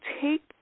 take